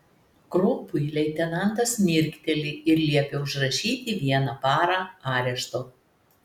kropui leitenantas mirkteli ir liepia užrašyti vieną parą arešto